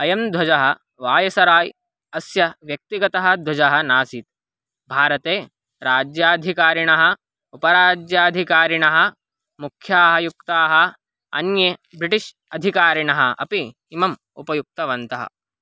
अयं ध्वजः वायसराय् अस्य व्यक्तिगतः ध्वजः नासीत् भारते राज्याधिकारिणः उपराज्याधिकारिणः मुख्याः युक्ताः अन्ये ब्रिटिश् अधिकारिणः अपि इमम् उपयुक्तवन्तः